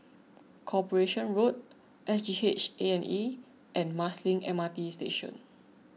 Corporation Road S G H A and E and Marsiling M R T Station